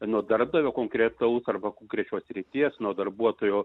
nuo darbdavio konkretaus arba konkrečios srities nuo darbuotojo